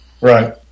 Right